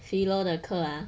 philo 的课啊